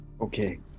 Okay